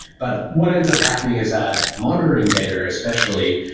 but what ends up happening is that monitoring data, especially,